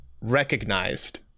recognized